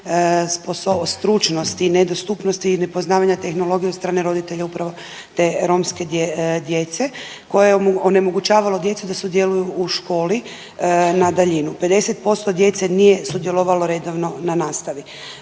stručnosti i nedostupnosti i nepoznavanja tehnologije od strane roditelja upravo te romske djece koje je onemogućavalo djeci da sudjeluju u školi na daljinu. 50% djece nije sudjelovalo redovno na nastavi.